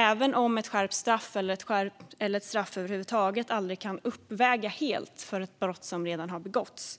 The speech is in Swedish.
Även om ett skärpt straff eller ett straff över huvud taget aldrig kan uppväga helt för ett brott som har begåtts